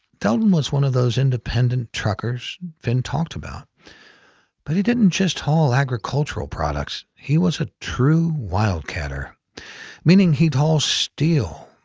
theldon was one of those independent truckers, finn talked about but he didn't just haul agricultural products. he was a true wildcatter meaning he'd haul steel,